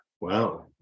Wow